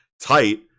tight